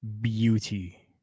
Beauty